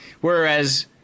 Whereas